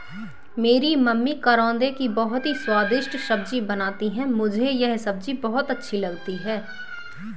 मेरी मम्मी करौंदे की बहुत ही स्वादिष्ट सब्जी बनाती हैं मुझे यह सब्जी बहुत अच्छी लगती है